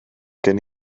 gen